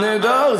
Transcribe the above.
נהדר,